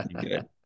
good